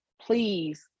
please